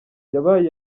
yabaye